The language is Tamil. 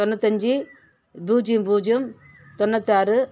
தொண்ணுாற்றஞ்சு பூஜ்ஜியம் பூஜ்ஜியம் தொண்ணுாற்றாறு